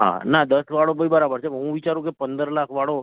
હા ના દસ વાળો બરાબર છે હું વિચારું કે પંદર લાખ વાળો